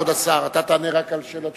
כבוד השר, אתה תענה רק על שאלות